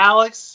Alex